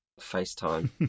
FaceTime